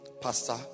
Pastor